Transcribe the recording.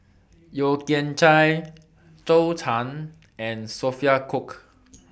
Yeo Kian Chai Zhou Can and Sophia Cooke